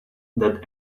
that